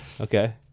okay